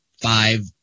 five